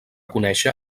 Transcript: conèixer